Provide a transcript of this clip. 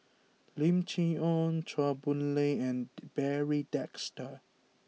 Lim Chee Onn Chua Boon Lay and Barry Desker